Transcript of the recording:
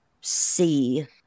see